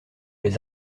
les